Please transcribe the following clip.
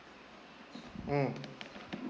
mm